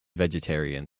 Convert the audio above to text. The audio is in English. vegetarian